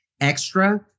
extra-